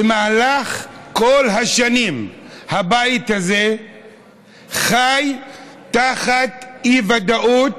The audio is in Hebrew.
במהלך כל השנים הבית הזה חי תחת אי-ודאות